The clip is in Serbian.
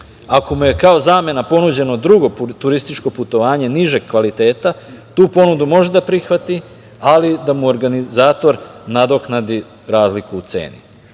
Ako mu je kao zamena ponuđeno drugo turističko putovanje nižeg kvaliteta tu ponudu može da prihvati, ali da mu organizator nadoknadi razliku u ceni.